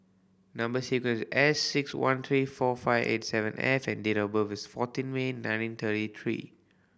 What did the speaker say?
number sequence S six one three four five eight seven F and date of birth is fourteen May nineteen thirty three